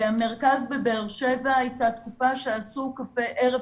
במרכז בבאר שבע הייתה תקופה שעשו ערב